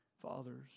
Fathers